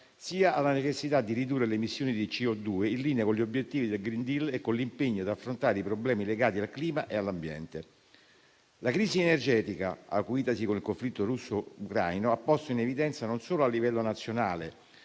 sia alla necessità di ridurre le emissioni di CO2, in linea con gli obiettivi del *green deal* e con l'impegno ad affrontare i problemi legati al clima e all'ambiente. La crisi energetica, acuitasi con il conflitto russo-ucraino, ha posto in evidenza, non solo a livello nazionale,